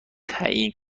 تعیین